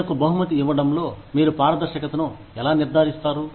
ప్రజలకు బహుమతి ఇవ్వడంలో మీరు పారదర్శకతను ఎలా నిర్ధారిస్తారు